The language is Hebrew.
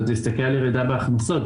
זה הסתכל על ירידה בהכנסות.